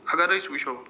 اگر أسۍ وٕچھو